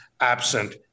absent